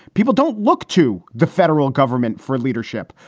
people don't look to the federal government for leadership.